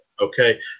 Okay